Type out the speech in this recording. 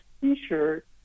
T-shirt